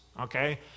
okay